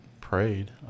prayed